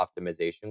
optimization